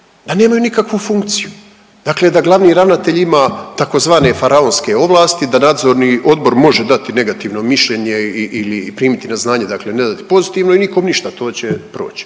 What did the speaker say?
da nemaju nikakvu funkciju, dakle da glavni ravnatelj ima tzv. faraonske ovlasti, da nadzorni odbor može dati negativno mišljenje ili primiti na znanje dakle ne dati pozitivno i nikom ništa, to će proći.